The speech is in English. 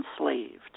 enslaved